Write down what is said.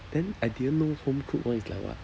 then I didn't know homecooked [one] is like what